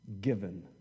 given